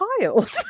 child